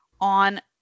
on